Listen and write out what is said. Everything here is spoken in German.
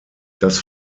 das